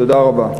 תודה רבה.